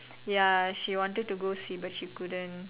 ya she wanted to go see but she couldn't